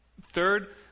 third